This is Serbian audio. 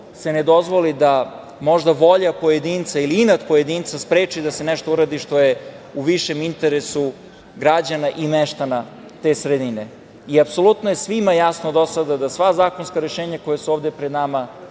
se ne dozvoli da možda volja pojedinca ili inat pojedinca spreči da se nešto uradi što je u višem interesu građana i meštana te sredine. Apsolutno je svima jasno do sada da sva zakonska rešenja koja su ovde pred nama